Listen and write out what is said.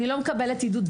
אני לא מקבלת עידוד.